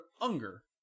Unger